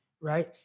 right